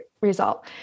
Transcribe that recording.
result